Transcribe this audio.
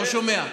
רק שנייה.